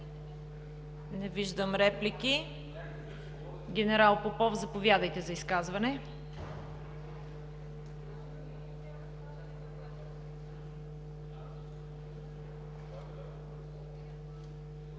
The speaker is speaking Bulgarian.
Не виждам реплики. Генерал Попов, заповядайте за изказване.